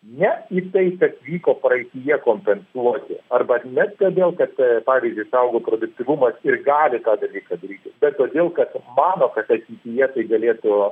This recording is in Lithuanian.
ne į tai kas vyko praeityje kompensuoti arba ne todėl kad pavyzdžiui išaugo produktyvumas ir gali tą dalyką daryti bet todėl kad mano kad ateityje tai galėtų